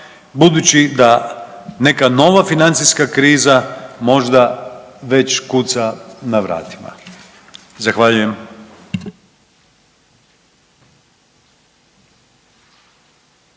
budući da neka nova financijska kriza možda već kuca na vratima. Zahvaljujem.